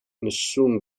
nessun